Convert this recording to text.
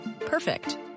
Perfect